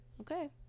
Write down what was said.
Okay